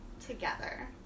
together